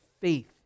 faith